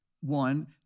one